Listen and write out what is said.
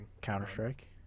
Counter-Strike